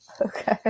okay